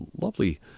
lovely